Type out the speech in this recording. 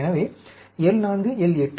எனவே L 4 L 8